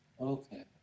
okay